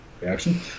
reaction